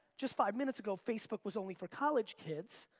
just five minutes ago, facebook was only for college kids.